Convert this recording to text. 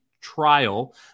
trial